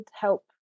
help